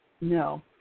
No